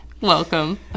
Welcome